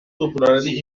popularity